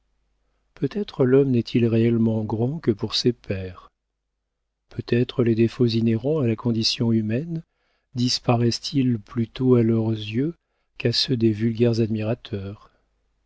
l'homme n'est-il réellement grand que pour ses pairs peut-être les défauts inhérents à la condition humaine disparaissent ils plutôt à leurs yeux qu'à ceux des vulgaires admirateurs